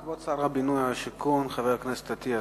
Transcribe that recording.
כבוד שר הבינוי והשיכון, חבר הכנסת אטיאס.